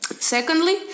Secondly